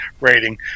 rating